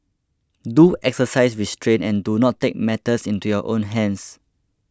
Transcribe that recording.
do exercise restraint and do not take matters into your own hands